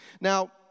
Now